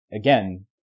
again